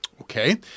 Okay